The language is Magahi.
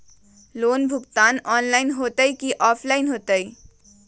लोन भुगतान ऑनलाइन होतई कि ऑफलाइन होतई?